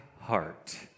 heart